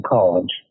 College